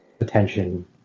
attention